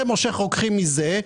זה מושך רוקחים מזה,